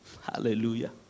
Hallelujah